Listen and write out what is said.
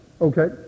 Okay